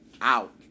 out